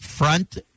Front